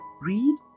Read